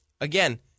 Again